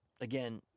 again